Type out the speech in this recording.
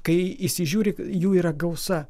kai įsižiūri jų yra gausa